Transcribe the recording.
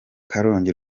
karongi